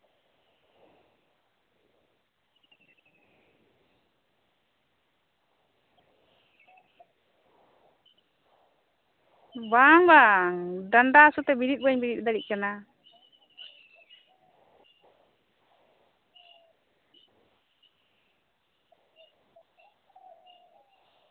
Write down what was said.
ᱵᱟᱝ ᱵᱟᱝ ᱰᱟᱸᱰᱟ ᱦᱟᱥᱩᱛᱮ ᱵᱤᱨᱤᱫ ᱵᱟᱹᱧ ᱵᱤᱨᱤᱫ ᱫᱟᱲᱮᱭᱟᱜ ᱠᱟᱱᱟ